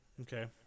Okay